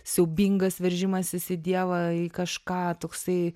siaubingas veržimasis į dievą į kažką toksai